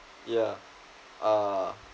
yeah uh